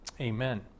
amen